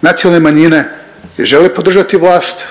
nacionalne manjine žele podržati vlast,